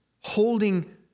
holding